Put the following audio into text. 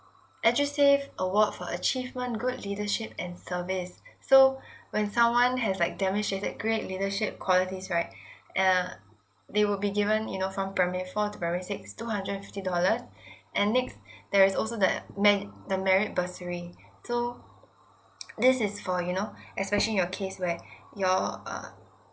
edusave award for achievement good leadership and service so when someone has like demonstrated great leadership qualities right uh they will be given you know from primary four to primary six two hundred and fifty dollars and next there is also the mer~ the merit bursary so this is for you know especially your case where y'all uh